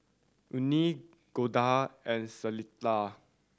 Una Golda and Clella